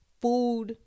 food